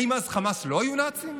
האם אז חמאס לא היו נאצים?